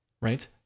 Right